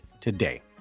today